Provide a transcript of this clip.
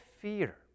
fear